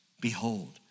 Behold